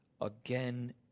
again